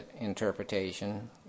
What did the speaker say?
interpretation